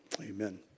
amen